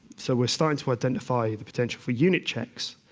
so we are starting to identify the potential for unit checks,